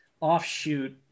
offshoot